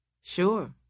Sure